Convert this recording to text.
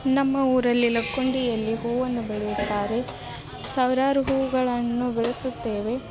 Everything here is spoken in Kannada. ನಮ್ಮ ಊರಲ್ಲಿ ಲಕ್ಕುಂಡಿಯಲ್ಲಿ ಹೂವನ್ನು ಬೆಳೆಯುತ್ತಾರೆ ಸಾವಿರಾರು ಹೂವುಗಳನ್ನು ಬೆಳೆಸುತ್ತೇವೆ